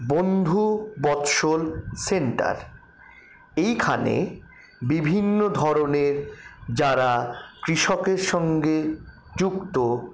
বন্ধু বৎসল সেন্টার এইখানে বিভিন্ন ধরণের যারা কৃষকের সঙ্গে যুক্ত